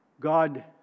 God